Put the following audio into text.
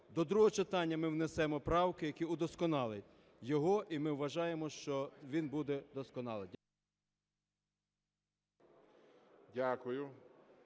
До другого читання ми внесемо правки, які удосконалять його, і ми вважаємо, що він буде досконалий.